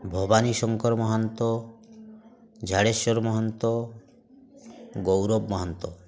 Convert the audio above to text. Bhabani Shankar Mahanta Jhadeswar Mahanta Gourab Mahanta